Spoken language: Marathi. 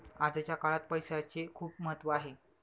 आजच्या काळात पैसाचे खूप महत्त्व आहे